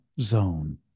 zone